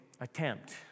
attempt